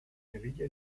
melilla